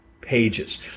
pages